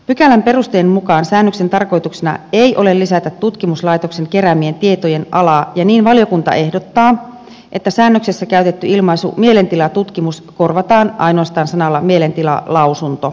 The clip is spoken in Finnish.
pykälän perusteen mukaan säännöksen tarkoituksena ei ole lisätä tutkimuslaitoksen keräämien tietojen alaa ja niin valiokunta ehdottaa että säännöksessä käytetty ilmaisu mielentilatutkimus ainoastaan korvataan sanalla mielentilalausunto